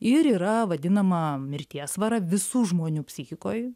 ir yra vadinama mirties vara visų žmonių psichikoj